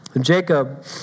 Jacob